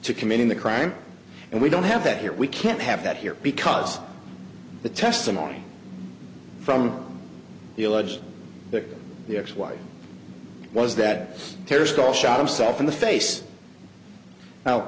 to committing the crime and we don't have that here we can't have that here because the testimony from the alleged victim the ex wife was that terrorist all shot himself in the face